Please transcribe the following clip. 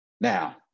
Now